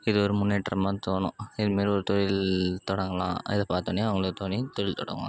இது ஒரு முன்னேற்றமாக தோணும் இது மாரி ஒரு தொழில் தொடங்கலாம் அதை பாத்தவொடனே அவங்களுக்கு தோணி தொழில் தொடங்குவாங்க